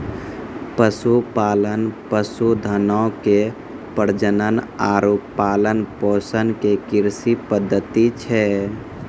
पशुपालन, पशुधनो के प्रजनन आरु पालन पोषण के कृषि पद्धति छै